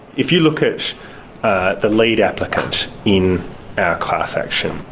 if you look at the lead applicant in our class action,